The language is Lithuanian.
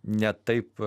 ne taip